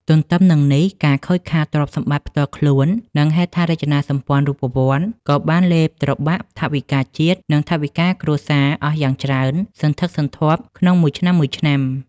ទន្ទឹមនឹងនេះ ការខូចខាតទ្រព្យសម្បត្តិផ្ទាល់ខ្លួន និងហេដ្ឋារចនាសម្ព័ន្ធរូបវន្ត ក៏បានលេបត្របាក់ថវិកាជាតិ និងថវិកាគ្រួសារអស់យ៉ាងច្រើនសន្ធឹកសន្ធាប់ក្នុងមួយឆ្នាំៗ។